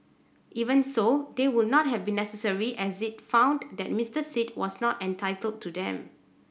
even so they would not have been necessary as it found that Mister Sit was not entitled to them